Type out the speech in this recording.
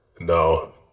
No